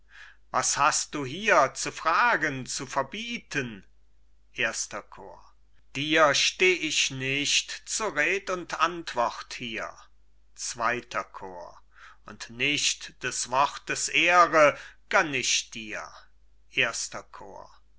was hast du hier zu fragen zu verbieten erster chor cajetan dir steh ich nicht zur red und antwort hier zweiter chor bohemund und nicht des wortes ehre gönn ich dir erster chor